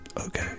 Okay